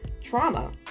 trauma